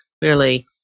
clearly